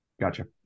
Gotcha